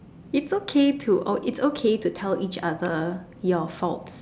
it's okay to uh it's okay to tell each other your faults